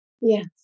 Yes